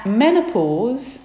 menopause